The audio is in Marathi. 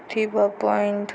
thief point